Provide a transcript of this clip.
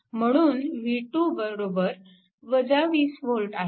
म्हणून v2 हे 20 V आहे